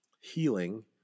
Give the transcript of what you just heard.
healing